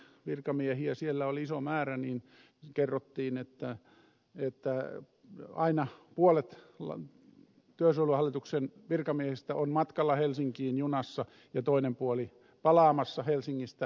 sen jälkeen sitten kun virkamiehiä siellä oli iso määrä niin kerrottiin että aina puolet työsuojeluhallituksen virkamiehistä on matkalla helsinkiin junassa ja toinen puoli palaamassa helsingistä tampereelle